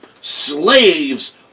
Slaves